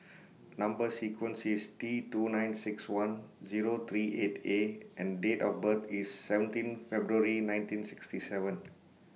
Number sequence IS T two nine six one Zero three eight A and Date of birth IS seventeen February nineteen sixty seven